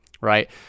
right